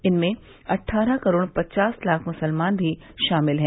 इनमें अट्ठारह करोड़ पचास लाख मुसलमान भी शामिल हैं